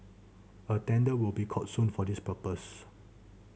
a tender will be called soon for this purpose